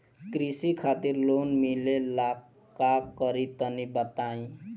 कृषि खातिर लोन मिले ला का करि तनि बताई?